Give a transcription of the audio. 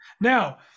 Now